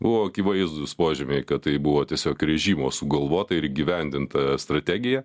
buvo akivaizdūs požymiai kad tai buvo tiesiog režimo sugalvota ir įgyvendinta strategija